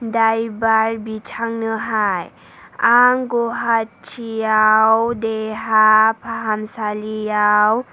driver बिथांनोहाय आं गुवाहाथियाव देहा फाहामसालियाव